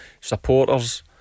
supporters